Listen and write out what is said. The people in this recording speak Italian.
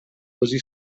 così